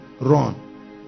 run